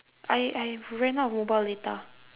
I I've ran out of mobile data